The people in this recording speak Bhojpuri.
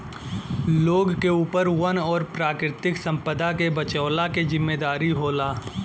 लोग के ऊपर वन और प्राकृतिक संपदा के बचवला के जिम्मेदारी होला